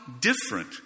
different